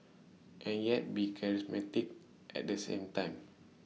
and yet be charismatic at the same time